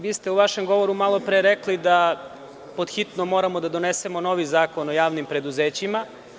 Vi ste u vašem govoru malopre rekli da pod hitno moramo da donesemo novi zakon o javnim preduzećima.